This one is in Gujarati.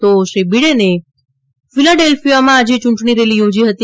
તો શ્રી બિડેને ફિલાડેલ્ફીયામાં આજે ચૂંટણી રેલી યોજી હતી